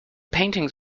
paintings